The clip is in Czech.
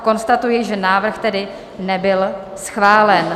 Konstatuji, že návrh tedy nebyl schválen.